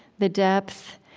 the depth,